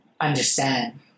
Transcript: understand